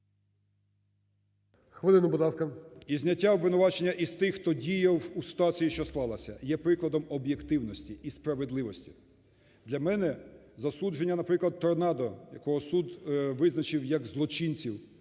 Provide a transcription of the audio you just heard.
Хвилину, будь ласка. ЛУЦЕНКО Ю.В. ...і зняття обвинувачення із тих, хто діяв у ситуації, що склалася, є прикладом об'єктивності і справедливості. Для мене засудження, наприклад, "Торнадо", якого суд визначив як злочинців,